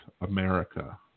America